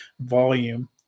volume